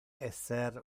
esser